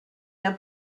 der